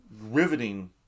riveting